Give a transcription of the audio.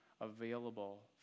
available